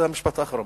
זה המשפט האחרון.